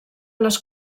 les